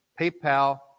PayPal